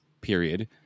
period